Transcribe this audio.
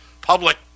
public